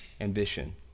ambition